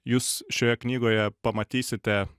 jūs šioje knygoje pamatysite